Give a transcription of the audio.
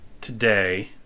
today